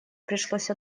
пришлось